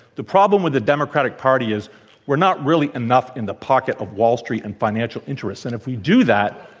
the problem with the democratic party is we're not really enough in the pocket of wall street and financial interests. and if we do that,